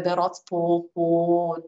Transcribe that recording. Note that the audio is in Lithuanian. berods po po